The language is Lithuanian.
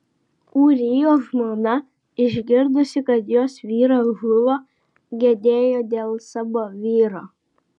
ūrijos žmona išgirdusi kad jos vyras žuvo gedėjo dėl savo vyro